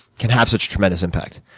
can have such tremendous impact.